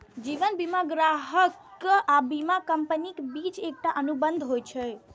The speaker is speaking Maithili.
जीवन बीमा ग्राहक आ बीमा कंपनीक बीच एकटा अनुबंध होइ छै